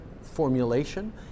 formulation